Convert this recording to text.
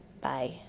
Bye